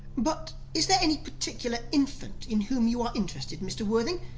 but is there any particular infant in whom you are interested, mr. worthing?